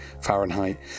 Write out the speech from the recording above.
Fahrenheit